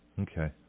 Okay